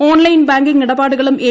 online banking ഇടപാടുകളും A